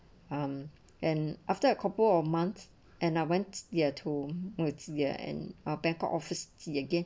um and after a couple of months and I went ya to woodsville and bangkok office ya again